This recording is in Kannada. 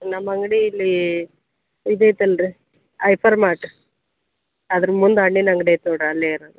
ನಮ್ಮ ಅಂಗಡಿ ಇಲ್ಲಿ ಇದೈತಲ್ಲ ರೀ ಐಪರ್ ಮಾರ್ಟ್ ಅದ್ರ ಮುಂದೆ ಹಣ್ಣಿನ ಅಂಗಡಿ ಐತಿ ನೋಡಿರಿ ಅಲ್ಲೇ ಇರೋದು